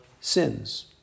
sins